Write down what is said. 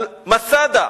על מסדה,